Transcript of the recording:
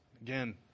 again